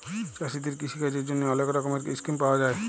চাষীদের কিষিকাজের জ্যনহে অলেক রকমের ইসকিম পাউয়া যায়